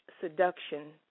seduction